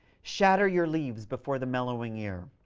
shatter your leaves before the mellowing year.